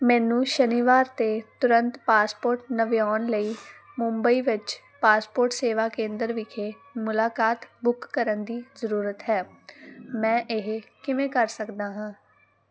ਮੈਨੂੰ ਸ਼ਨੀਵਾਰ 'ਤੇ ਤੁਰੰਤ ਪਾਸਪੋਰਟ ਨਵਿਆਉਣ ਲਈ ਮੁੰਬਈ ਵਿੱਚ ਪਾਸਪੋਰਟ ਸੇਵਾ ਕੇਂਦਰ ਵਿਖੇ ਮੁਲਾਕਾਤ ਬੁੱਕ ਕਰਨ ਦੀ ਜ਼ਰੂਰਤ ਹੈ ਮੈਂ ਇਹ ਕਿਵੇਂ ਕਰ ਸਕਦਾ ਹਾਂ